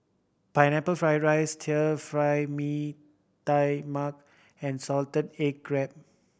Pineapple Fried rice Stir Fry Mee Tai Mak and salted egg crab